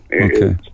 okay